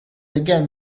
again